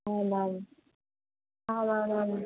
आम् आम् आम् आम् आम्